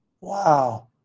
Wow